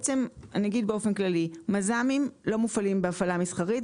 אגיד באופן כללי: מז"מים לא מופעלים בהפעלה מסחרית,